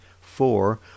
four